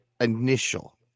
initial